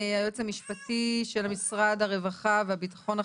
היועץ המשפטי של משרד הרווחה והביטחון החברתי,